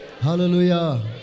Hallelujah